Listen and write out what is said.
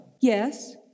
Yes